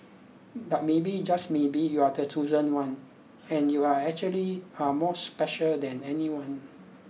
but maybe just maybe you're the chosen one and you are actually are more special than anyone